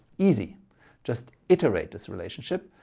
easy just iterate this relationship,